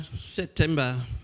September